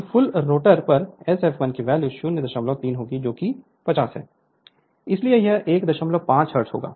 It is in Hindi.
तो फुल रोटर पर Sfl की वैल्यू 003 होगी जो कि 50 है इसलिए यह 15 हर्ट्ज होगा